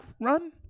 run